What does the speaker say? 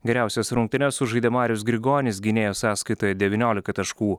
geriausias rungtynes sužaidė marius grigonis gynėjo sąskaitoje devyniolika taškų